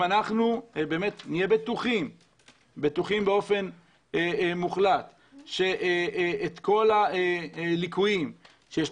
אם נהיה בטוחים באופן מוחלט שאת כל הליקויים שיש